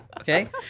Okay